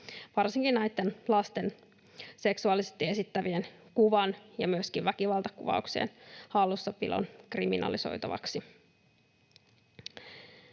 varsinkin näiden lasten seksuaalisesti esittävien kuvien ja myöskin väkivaltakuvauksen hallussapidon kriminalisoinniksi.